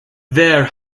their